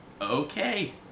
Okay